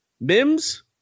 Mims